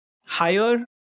higher